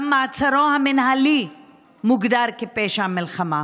גם מעצרו המינהלי מוגדר כפשע מלחמה,